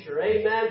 Amen